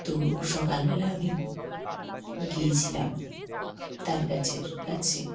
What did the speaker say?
তো সকালবেলা আমি গিয়েছিলাম তাল গাছের কাছে